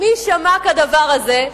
מי שמע כדבר הזה,